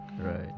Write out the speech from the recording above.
right